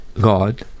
God